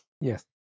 yes